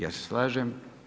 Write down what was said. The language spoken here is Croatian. Ja se slažem.